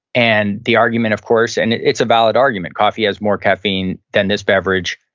and the argument, of course, and it's a valid argument. coffee has more caffeine than this beverage,